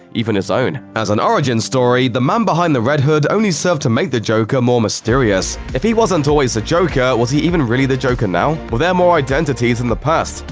even his own. as an origin story, the man behind the red hood only served to make the joker more mysterious. if he wasn't always the joker, was he even really the joker now? were there more identities in his past?